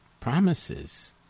promises